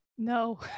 No